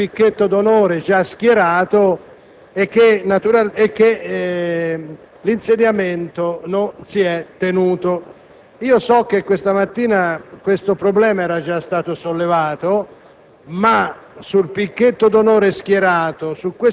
C'è addirittura un'agenzia che riferisce del picchetto d'onore già schierato, mentre poi l'insediamento non si è tenuto. So che questa mattina questo problema era già stato sollevato,